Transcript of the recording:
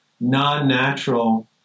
non-natural